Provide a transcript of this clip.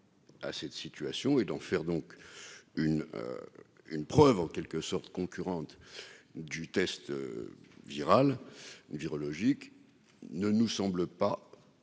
à cette situation et d'en faire donc une une preuve en quelque sorte, concurrente du test viral virologique ne nous semble pas